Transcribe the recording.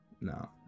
No